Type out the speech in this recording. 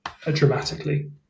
dramatically